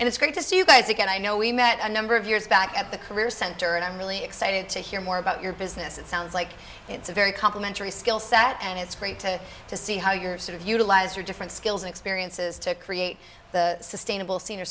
and it's great to see you guys again i know we met a number of years back at the career center and i'm really excited to hear more about your business it sounds like it's a very complementary skill set and it's great to to see how you're sort of utilize your different skills and experiences to create the sustainable senior